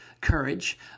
courage